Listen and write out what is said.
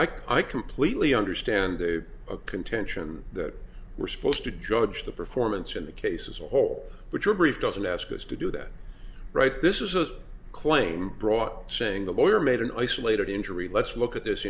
lost i completely understand the contention that we're supposed to judge the performance of the case as a whole but your brief doesn't ask us to do that right this is a claim brought saying the lawyer made an isolated injury let's look at this